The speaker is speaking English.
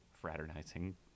fraternizing